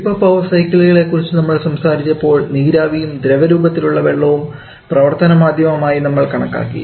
vapour power സൈക്കിളുകളേ കുറിച്ച് നമ്മൾ സംസാരിച്ചപ്പോൾ നീരാവിയും ദ്രവരൂപത്തിലുള്ള വെള്ളവും പ്രവർത്തനമാധ്യമം ആയി നമ്മൾ കണക്കാക്കി